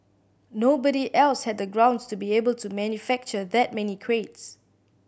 nobody else had the grounds to be able to manufacture that many crates